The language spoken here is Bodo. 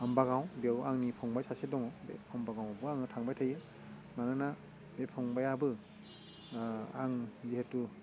आमबागाव बेयाव आंनि फंबाय सासे दङ बे आमबागाव आवबो आङो थांबाय थायो मानोना बे फंबायाबो आं जिहेथु